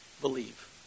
believe